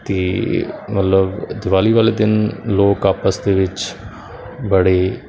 ਅਤੇ ਮਤਲਬ ਦਿਵਾਲੀ ਵਾਲੇ ਦਿਨ ਲੋਕ ਆਪਸ ਦੇ ਵਿੱਚ ਬੜੇ